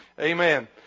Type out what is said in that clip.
Amen